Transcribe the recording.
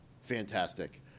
fantastic